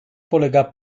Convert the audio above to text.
polega